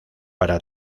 para